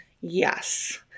Yes